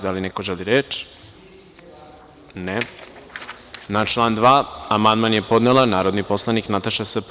Da li neko želi reč? (Ne) Na član 2. amandman je podnela narodni poslanik Nataša Sp.